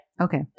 Okay